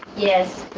yes.